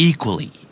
Equally